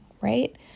right